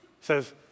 says